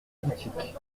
boutique